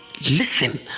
listen